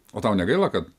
o tau negaila kad